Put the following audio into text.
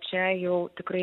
čia jau tikrai